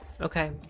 Okay